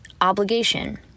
obligation